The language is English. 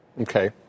Okay